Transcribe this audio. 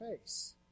face